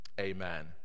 amen